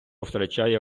втрачає